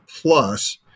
Plus